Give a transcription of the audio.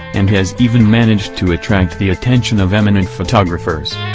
and has even managed to attract the attention of eminent photographers.